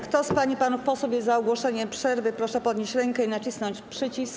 Kto z pań i panów posłów jest za ogłoszeniem przerwy, proszę podnieść rękę i nacisnąć przycisk.